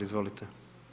Izvolite.